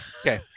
Okay